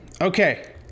Okay